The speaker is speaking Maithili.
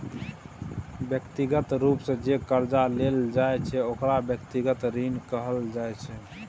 व्यक्तिगत रूप सँ जे करजा लेल जाइ छै ओकरा व्यक्तिगत ऋण कहल जाइ छै